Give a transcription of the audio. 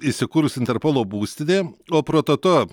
įsikūrus interpolo būstinė o prototo